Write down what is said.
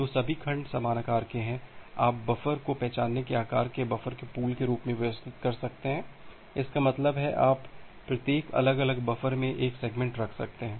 तो सभी खंड समान आकार के हैं आप बफर को पहचान के आकार के बफर के पूल के रूप में व्यवस्थित कर सकते हैं इसका मतलब है आप प्रत्येक अलग अलग बफर में एक सेगमेंट रख सकते हैं